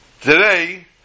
today